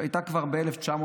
שהייתה כבר ב-1959,